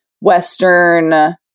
Western